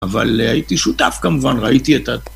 אבל הייתי שותף, כמובן, ראיתי את ה.. .